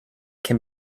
can